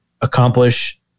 accomplish